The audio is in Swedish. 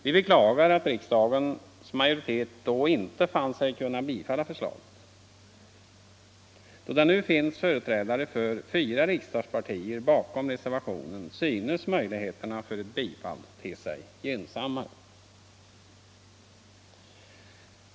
Vi beklagar att riksdagens majoritet då inte fann sig kunna bifalla förslaget. Då det nu finns företrädare för fyra riksdagspartier bakom reservationen ter sig möjligheterna för ett bifall gynnsammare.